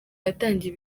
yatangiye